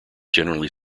generally